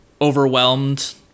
overwhelmed